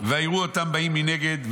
ויראו אותם באים מנגד.